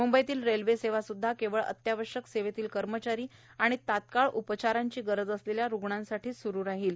मूंबईतील railway सेवासुद्धा केवळ अत्यावश्यक सेवेतील कर्मचारी आणि तात्काळ उपचाराची गरज असलेल्या रुग्णांसाठीच स्रु राहील